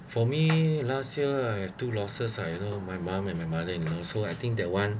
for me last year I have two losses I know my mum and my mother-in-law so I think that one